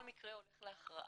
כל מקרה הולך להכרעה?